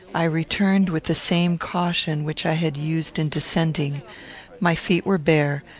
i returned with the same caution which i had used in descending my feet were bare,